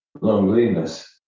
loneliness